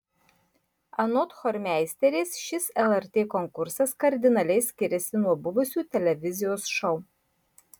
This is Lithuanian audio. anot chormeisterės šis lrt konkursas kardinaliai skiriasi nuo buvusių televizijos šou